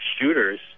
shooters